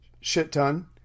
Shit-ton